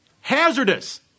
hazardous